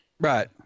Right